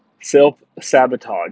self-sabotage